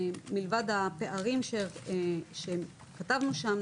מלבד הפערים שכתבנו שם,